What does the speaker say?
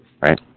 right